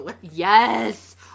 Yes